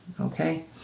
Okay